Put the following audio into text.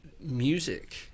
music